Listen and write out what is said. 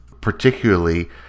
particularly